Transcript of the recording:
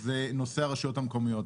זה נושא הרשויות המקומיות.